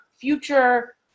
future